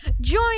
join